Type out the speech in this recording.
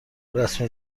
رسم